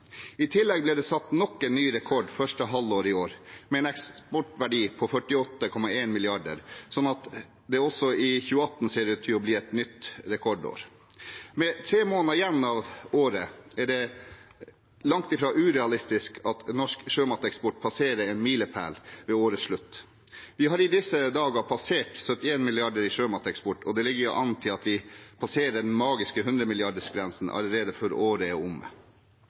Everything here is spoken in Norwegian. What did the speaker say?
I tillegg ble det satt nok en ny rekord første halvår i år, med en eksportverdi på 48,1 mrd. kr, så også 2018 ser ut til å bli et nytt rekordår. Med tre måneder igjen av året er det langt fra urealistisk at norsk sjømateksport passerer en milepæl ved årets slutt. Vi har i disse dager passert 71 mrd. kr i sjømateksport, og det ligger an til at vi passerer den magiske grensen på 100 mrd. kr allerede før året er omme.